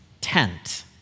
tent